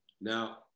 Now